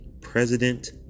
President